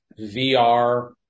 VR